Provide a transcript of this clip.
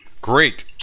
Great